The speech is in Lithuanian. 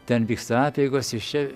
ten vyksta apeigos iš čia